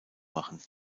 machen